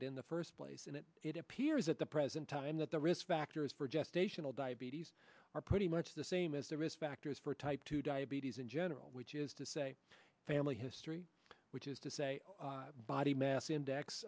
it in the first place and it appears at the present time that the risk factors for gestational diabetes are pretty much the same as the risk factors for type two diabetes in general which is to say family history which is to say body mass index